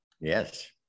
Yes